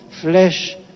flesh